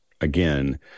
again